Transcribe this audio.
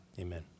amen